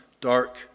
dark